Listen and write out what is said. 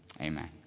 amen